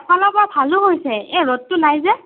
এফালৰ পৰা ভালো হৈছে এই ৰ'দটো নাই যে